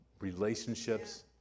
relationships